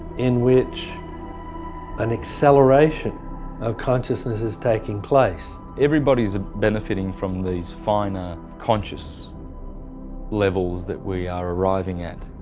in which an acceleration of consciousness is taking place. everybody is benefiting from these finer conscious levels that we are arriving at,